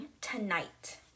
tonight